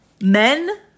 Men